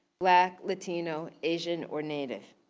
black, latino, asian or native.